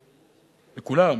לכולם,